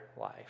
life